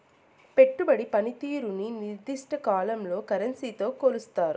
పెట్టుబడి పనితీరుని నిర్దిష్ట కాలంలో కరెన్సీతో కొలుస్తారు